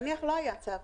נניח שלא היה צו,